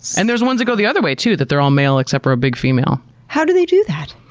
and there's ones that go the other way, too, that they're all male except for a big female. how do they do that?